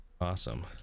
awesome